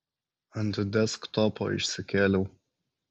ant desktopo išsikėliau